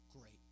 great